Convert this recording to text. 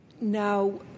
Now